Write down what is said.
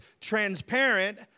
transparent